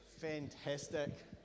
fantastic